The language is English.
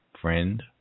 friend